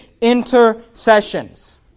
intercessions